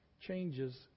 changes